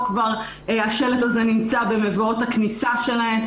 השלט הזה כבר נמצא במבואות הכניסה שלהן,